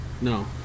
No